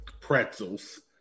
pretzels